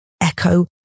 echo